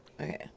okay